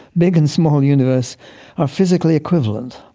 big and small universe are physically equivalent.